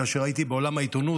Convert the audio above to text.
כאשר הייתי בעולם העיתונות,